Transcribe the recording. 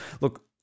look